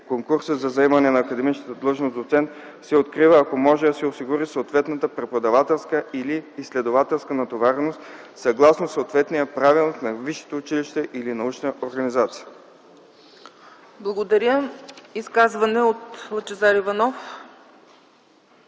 Конкурс за заемането на академичната длъжност „доцент” се открива, ако може да се осигури съответната преподавателска или изследователска натовареност, съгласно съответния правилник на висшето училище или научната организация.” ПРЕДСЕДАТЕЛ ЦЕЦКА